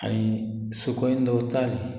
आनी सुकयन दवरताली